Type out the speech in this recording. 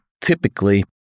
Typically